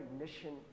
mission